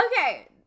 okay